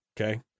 okay